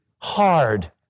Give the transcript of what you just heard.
hard